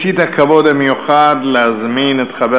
יש לי הכבוד המיוחד להזמין את חבר